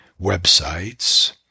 websites